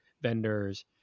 vendors